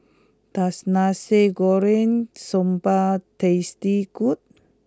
does Nasi Goreng Sambal taste good